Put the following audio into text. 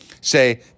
say